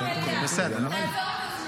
נעמה לזימי (העבודה): אין שר במליאה.